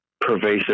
pervasive